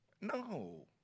No